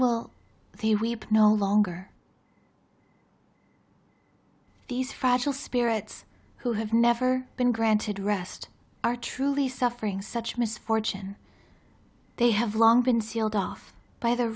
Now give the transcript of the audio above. will the weep no longer these fragile spirits who have never been granted rest are truly suffering such misfortune they have long been sealed off by the